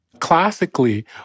Classically